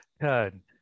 turn